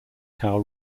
cao